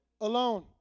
alone